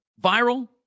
viral